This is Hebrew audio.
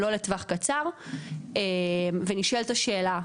לא לטווח קצר ונשאלת השאלה,